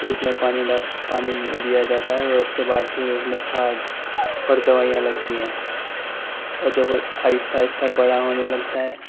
پھر اس میں پانی ڈالا پانی دیا جاتا ہے اور اس کے بعد پھر اس میں کھاد اور دوائیاں لگتی ہیں اور جب وہ آہستہ آہستہ بڑا ہونے لگتا ہے